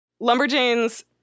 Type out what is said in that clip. Lumberjanes